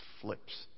flips